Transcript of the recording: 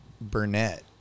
Burnett